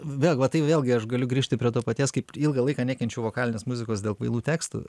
vėl va tai vėlgi aš galiu grįžti prie to paties kaip ilgą laiką nekenčiau vokalinės muzikos dėl kvailų tekstų